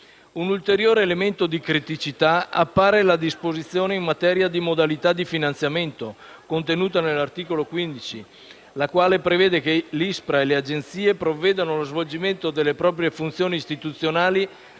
Un ulteriore elemento di criticità appare la disposizione in materia di modalità di finanziamento, contenuta nell'articolo 15, la quale prevede che l'ISPRA e le agenzie provvedano allo svolgimento delle proprie funzioni istituzionali